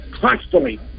constantly